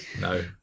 No